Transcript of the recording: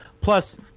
Plus